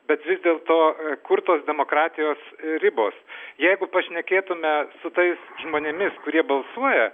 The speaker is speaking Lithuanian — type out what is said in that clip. bet vis dėlto kur tos demokratijos ribos jeigu pašnekėtume su tais žmonėmis kurie balsuoja